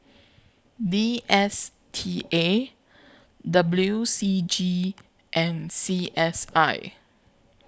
D S T A W C G and C S I